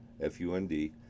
F-U-N-D